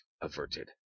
averted